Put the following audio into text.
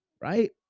Right